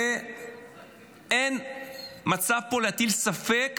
ואין מצב פה להטיל ספק